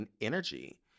energy